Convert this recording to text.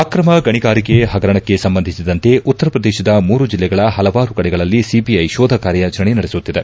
ಅಕ್ರಮ ಗಣಿಗಾರಿಕೆ ಹಗರಣಕ್ಕೆ ಸಂಬಂಧಿಸಿದಂತೆ ಉತ್ತರ ಪ್ರದೇಶದ ಮೂರು ಜಿಲ್ಲೆಗಳ ಹಲವಾರು ಕಡೆಗಳಲ್ಲಿ ಸಿಬಿಐ ಶೋಧ ಕಾರ್ಯಾಚಾರಣೆ ನಡೆಸುತ್ತಿದೆ